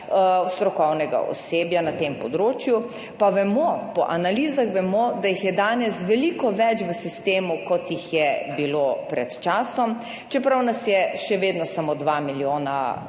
strokovnega osebja na tem področju, pa vemo, po analizah vemo, da jih je danes veliko več v sistemu kot jih je bilo pred časom, čeprav nas je še vedno samo 2 milijona